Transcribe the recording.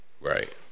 Right